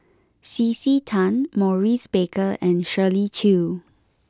C C Tan Maurice Baker and Shirley Chew